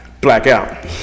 Blackout